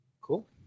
Cool